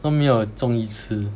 都没有中一次